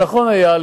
נכון היה,